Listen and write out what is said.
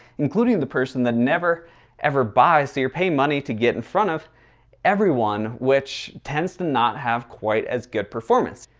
including the person that never, ever buy. so you're paying money to get in front of everyone, which tends to not have quite as good performance.